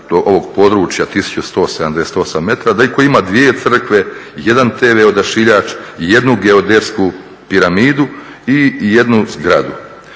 ovog područja 1178 metara, da itko ima 2 crkve, 1 tv odašiljač i 1 geodetsku piramidu i 1 zgradu